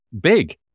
big